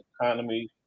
economy